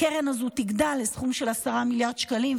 הקרן הזו תגדל לסכום של 10 מיליארד שקלים,